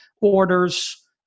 orders